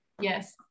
yes